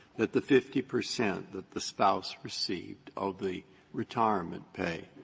that the fifty percent that the spouse received of the retirement pay